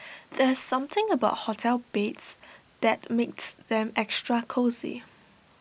there's something about hotel beds that makes them extra cosy